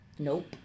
Nope